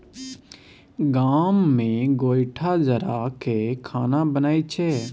गाम मे गोयठा जरा कय खाना बनइ छै